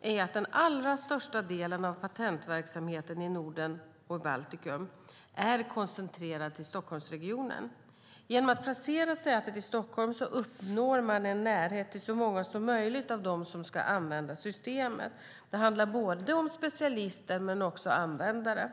är att den allra största delen av patentverksamheten i Norden och Baltikum är koncentrerad till Stockholmsregionen. Genom att placera sätet i Stockholm uppnår man en närhet till så många som möjligt av dem som ska använda systemet. Det handlar om både specialister och användare.